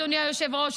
אדוני היושב-ראש,